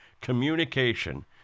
Communication